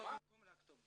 לא לחתום במקום.